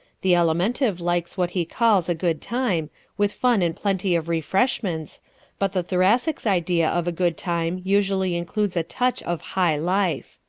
the alimentive likes what he calls a good time with fun and plenty of refreshments but the thoracic's idea of a good time usually includes a touch of high life.